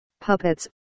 puppets